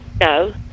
No